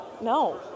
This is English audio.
No